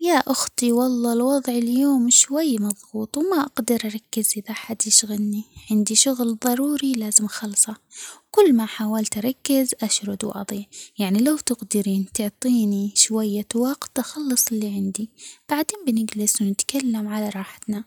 يا أختي والله الوضع اليوم شوي مضغوط وما أقدر أركز إذا حد يشغلني عندي شغل ضروري لازم أخلصه، كل ما حاولت أركز أشرد وأضيع يعني لو تقدرين تعطيني شوية وقت أخلص اللي عندي بعدين بنجلس ونتكلم على راحتنا